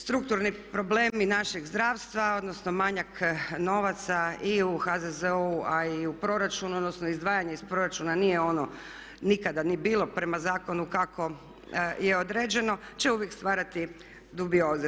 Strukturni problemi našeg zdravstva, odnosno manjak novaca i u HZZO-u a i u proračunu, odnosno izdvajanje iz proračuna nije ono nikada ni bilo prema zakonu kako je određeno će uvijek stvarati dubioze.